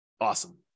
Awesome